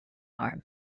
arm